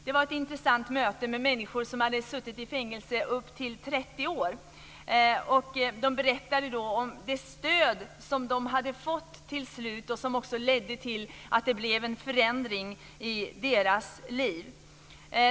Det var ett intressant möte med människor som hade suttit i fängelse i uppemot 30 år. De berättade om det stöd som de till slut hade fått och som ledde till en förändring i deras liv.